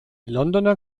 londoner